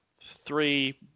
three